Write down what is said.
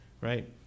Right